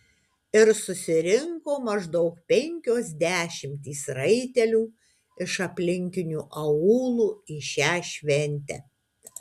ir susirinko maždaug penkios dešimtys raitelių iš aplinkinių aūlų į šią šventę